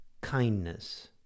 kindness